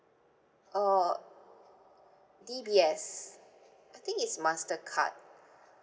uh D_B_S I think it's mastercard